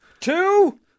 two